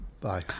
Bye